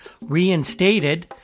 reinstated